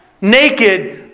Naked